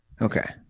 Okay